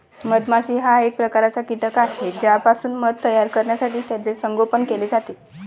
मधमाशी हा एक प्रकारचा कीटक आहे ज्यापासून मध तयार करण्यासाठी त्याचे संगोपन केले जाते